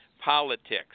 Politics